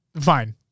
fine